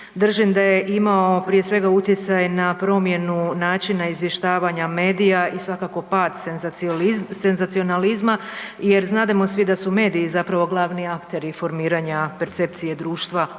držim da je imao prije svega, utjecaj na promjenu načina izvještavanja medija i svakako pad senzacionalizma jer znademo svi da su mediji zapravo glavni akteri formiranja percepcije društva,